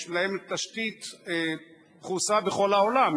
יש להם תשתית פרוסה בכל העולם,